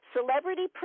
Celebrity